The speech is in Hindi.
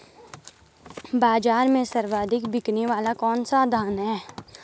बाज़ार में सर्वाधिक बिकने वाला कौनसा धान है?